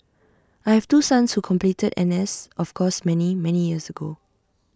I have two sons who completed N S of course many many years ago